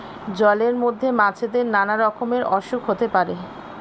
জলের মধ্যে মাছেদের নানা রকমের অসুখ হতে পারে